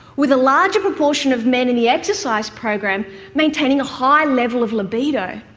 with a larger proportion of men in the exercise program maintaining a high level of libido.